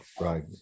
right